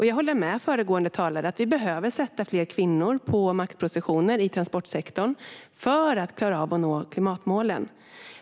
Jag håller med föregående talare om att vi behöver sätta fler kvinnor på maktpositioner i transportsektorn för att klara av att nå klimatmålen.